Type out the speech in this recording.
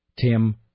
Tim